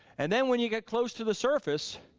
and then when you get close to the surface,